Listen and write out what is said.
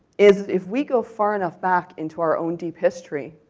is if we go far enough back into our own deep history,